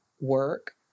work